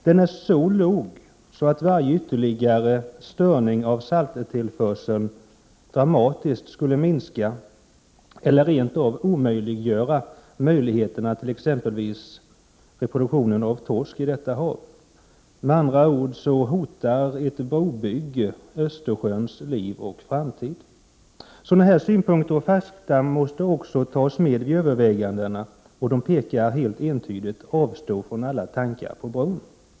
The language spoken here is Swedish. Den är så låg att varje ytterligare störning av salttillförseln dramatiskt skulle minska eller helt eliminera exempelvis möjligheterna till reproduktion av torsk i detta hav. Med andra ord hotar ett brobygge Östersjöns liv och framtid. Sådana här synpunkter och fakta måste också tas med i övervägandena. De pekar helt entydigt på att man skall avstå från alla tankar på en bro.